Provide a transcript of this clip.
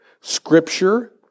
Scripture